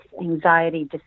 anxiety